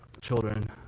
children